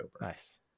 nice